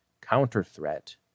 counter-threat